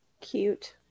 Cute